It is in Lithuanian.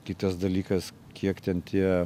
kitas dalykas kiek ten tie